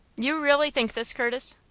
you really think this, curtis?